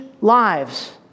lives